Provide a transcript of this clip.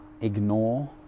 ignore